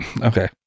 Okay